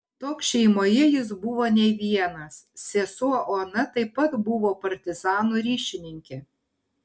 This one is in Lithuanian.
toks šeimoje jis buvo ne vienas sesuo ona taip pat buvo partizanų ryšininkė